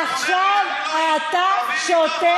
עכשיו אתה שותק.